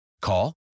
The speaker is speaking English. Call